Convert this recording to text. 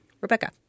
rebecca